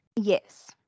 Yes